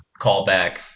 callback